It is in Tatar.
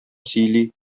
сөйли